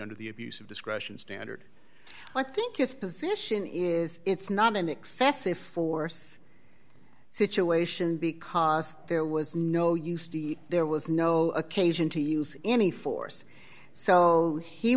under the abuse of discretion standard i think his position is it's not an excessive force situation because there was no use d there was no occasion to use any force so he